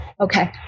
Okay